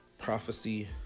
Prophecy